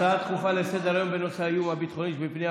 הצעה דחופה לסדר-היום בנושא: האיום הביטחוני שבבנייה